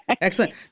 Excellent